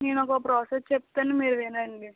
నేను ఒక ప్రోసెస్ చెప్తాను మీరు వినండి